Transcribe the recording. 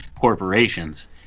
corporations